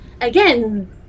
Again